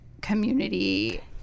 community